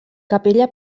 capella